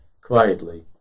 quietly